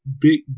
big